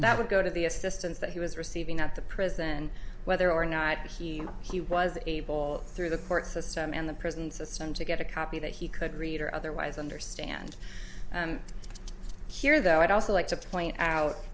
that would go to the assistance that he was receiving at the prison and whether or not he he was able through the court system in the prison system to get a copy that he could read or otherwise understand and here that i'd also like to point out